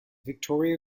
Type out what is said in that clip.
victoria